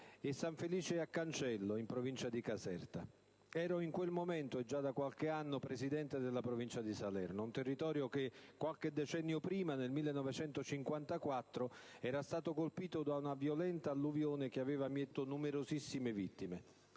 San Felice a Cancello, in provincia di Caserta. Ero in quel momento, e già da qualche anno, Presidente della Provincia di Salerno, un territorio che qualche decennio prima, nel 1954, era stato colpito da una violenta alluvione che aveva mietuto numerosissime vittime.